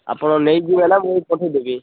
ଆପଣ ନେଇ ଯିବେ ନାଁ ମୁଁ ପଠାଇ ଦେବି